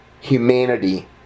humanity